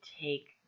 take